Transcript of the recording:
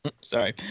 Sorry